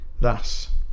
Thus